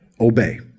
obey